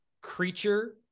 creature